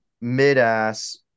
Mid-ass